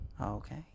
Okay